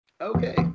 Okay